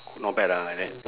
not bad lah like that